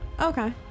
okay